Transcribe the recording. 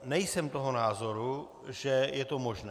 Nejsem toho názoru, že je to možné.